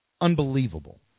unbelievable